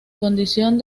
condición